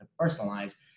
personalize